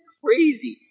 crazy